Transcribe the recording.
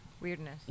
Weirdness